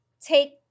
take